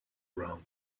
round